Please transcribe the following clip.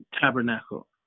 Tabernacle